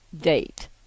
date